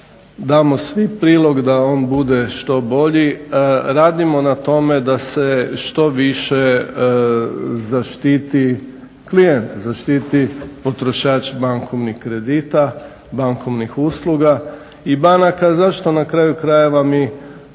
damo svi prilog da on bude što bolji. Radimo na tome da se što više zaštiti klijent, zaštiti potrošač bankovnih kredita, bankovnih usluga i banaka zašto na kraju krajeva mi